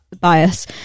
bias